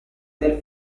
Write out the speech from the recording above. del